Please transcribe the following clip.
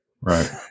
Right